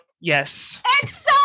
yes